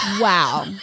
wow